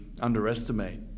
underestimate